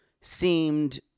seemed